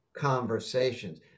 conversations